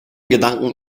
gedanken